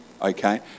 okay